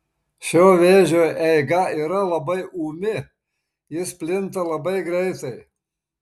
šio vėžio eiga yra labai ūmi jis plinta labai greitai